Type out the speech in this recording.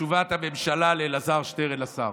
לתשובת הממשלה של אלעזר שטרן, של השר.